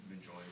enjoy